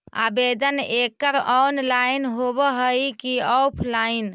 आवेदन एकड़ ऑनलाइन होव हइ की ऑफलाइन?